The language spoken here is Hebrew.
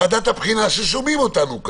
ועדת הבחינה, ששומעים אותנו: